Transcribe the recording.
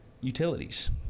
Utilities